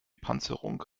panzerung